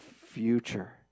future